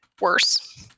worse